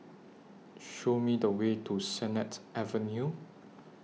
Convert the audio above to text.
Show Me The Way to Sennett Avenue